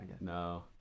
No